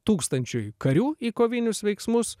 tūkstančiui karių į kovinius veiksmus